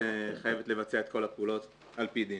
חייבת לבצע את כל הפעולות על-פי דין.